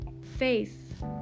faith